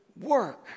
work